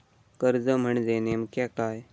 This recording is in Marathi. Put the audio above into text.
कर्ज म्हणजे नेमक्या काय?